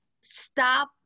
stop